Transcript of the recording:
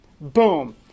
boom